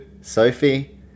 Sophie